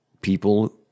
People